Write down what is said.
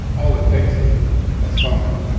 all it takes is a summer